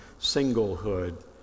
singlehood